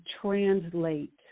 translate